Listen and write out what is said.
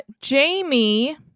Jamie